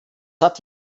hat